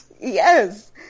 Yes